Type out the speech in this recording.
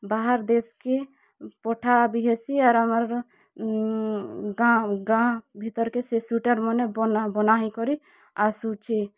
ବାହାର୍ ଦେଶ୍କେ ପଠା ବି ହେସି ଆର୍ ଆମର୍ ଗାଁ ଭିତ୍ରକେ ସେ ସ୍ୱେଟର୍ ମାନେ ବନା ବନା ହେଇକିରି ଆସୁଛେ